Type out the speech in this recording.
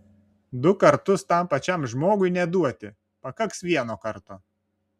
du kartus tam pačiam žmogui neduoti pakaks vieno karto